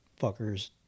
fuckers